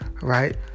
Right